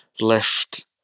left